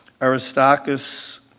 Aristarchus